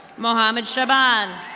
mohammad shiban.